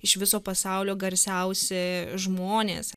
iš viso pasaulio garsiausi žmonės